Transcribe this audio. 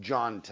John